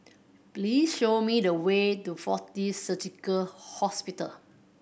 please show me the way to Fortis Surgical Hospital